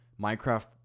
Minecraft